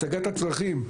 הצגת הצרכים,